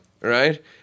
right